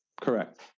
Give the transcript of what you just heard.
Correct